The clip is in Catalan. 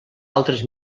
altres